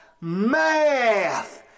math